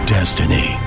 Destiny